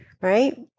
right